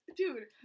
dude